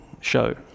show